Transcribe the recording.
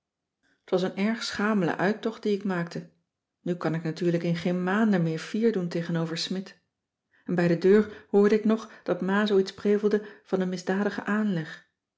t was een erg schamele uittocht die ik maakte nu kan ik natuurlijk in geen maanden meer fier doen tegenover smidt en bij de deur hoorde ik nog dat ma zoo iets prevelde van een misdadigen aanleg